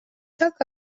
talk